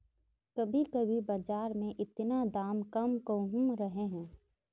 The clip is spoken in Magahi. कभी कभी बाजार में इतना दाम कम कहुम रहे है?